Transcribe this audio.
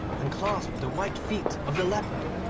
and clasped the white feet of the leper,